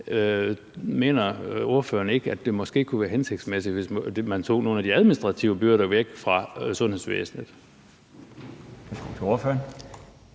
Mener ordføreren ikke, at det måske kunne være hensigtsmæssigt, hvis man tog nogle af de administrative byrder væk fra sundhedsvæsenet?